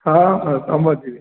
ହଁ ହଁ ସମସ୍ତେ ଯିବେ